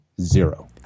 Zero